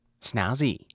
Snazzy